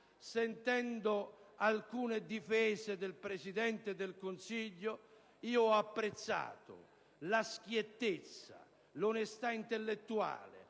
Sentendo alcune difese del Presidente del Consiglio ho apprezzato la schiettezza, l'onestà intellettuale